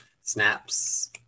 Snaps